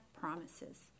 promises